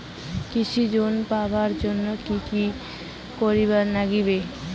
কৃষি ঋণ পাবার জন্যে কি কি করির নাগিবে?